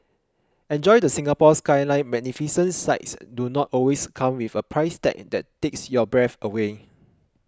enjoy the Singapore Skyline Magnificent sights do not always come with a price tag that takes your breath away